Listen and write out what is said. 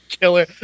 killer